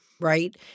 right